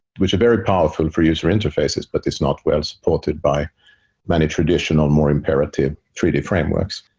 which are very powerful for user interfaces, but it's not well supported by many traditional, more imperative three d frameworks.